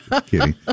Kidding